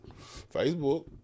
Facebook